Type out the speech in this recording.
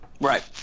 Right